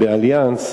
ב"אליאנס",